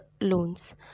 loans